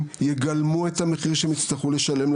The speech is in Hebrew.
יגלמו את המחיר שהם יצטרכו לשלם,